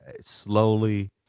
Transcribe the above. slowly